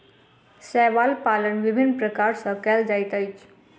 शैवाल पालन विभिन्न प्रकार सॅ कयल जाइत अछि